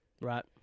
Right